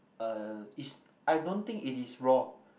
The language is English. uh is I don't think it is wrong